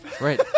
Right